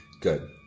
Good